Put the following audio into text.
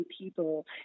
people